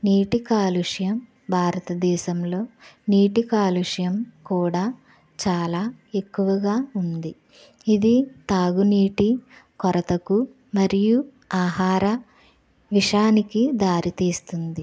నీటి కాలుష్యం భారతదేశంలో నీటి కాలుష్యం కూడా చాలా ఎక్కువగా ఇది తాగునీటి కొరతకు మరియు ఆహార విషయానికి దారితీస్తుంది